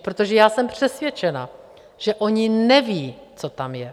Protože já jsem přesvědčena, že oni nevědí, co tam je.